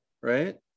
right